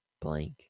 blank